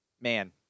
Man